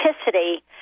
authenticity